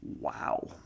Wow